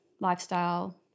lifestyle